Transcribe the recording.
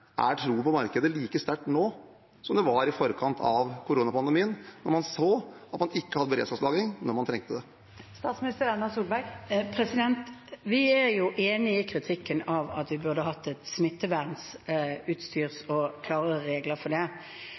Er troen på markedet like sterk nå som den var i forkant av koronapandemien, når man så at man ikke hadde beredskapslager da man trengte det? Vi er enig i kritikken av at vi burde hatt smittevernutstyr og klarere regler for det.